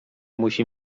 musi